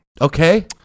Okay